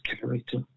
character